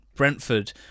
Brentford